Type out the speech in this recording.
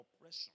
oppression